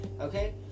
okay